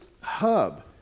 hub